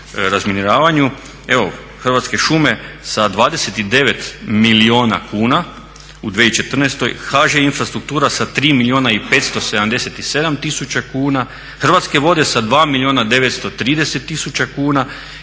Evo Hrvatske šume sa 29 milijuna kuna u 2014., HŽ Infrastruktura sa 3 milijuna i 577 tisuća kuna, Hrvatske vode sa 2 milijuna i 930 tisuća kuna